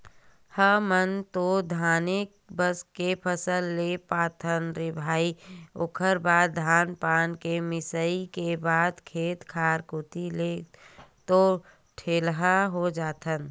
हमन तो धाने बस के फसल ले पाथन रे भई ओखर बाद धान पान के मिंजई के बाद खेत खार कोती ले तो ठेलहा हो जाथन